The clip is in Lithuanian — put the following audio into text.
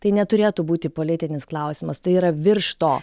tai neturėtų būti politinis klausimas tai yra virš to